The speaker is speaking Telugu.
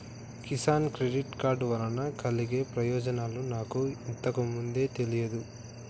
కిసాన్ క్రెడిట్ కార్డు వలన కలిగే ప్రయోజనాలు నాకు ఇంతకు ముందు తెలియదు